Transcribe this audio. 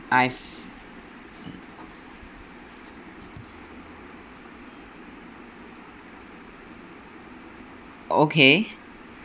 I've okay